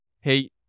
Hey